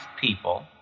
people